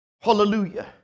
Hallelujah